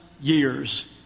years